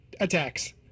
attacks